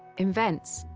invents,